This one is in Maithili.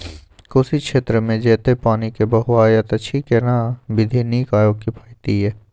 कोशी क्षेत्र मे जेतै पानी के बहूतायत अछि केना विधी नीक आ किफायती ये?